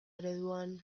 ereduan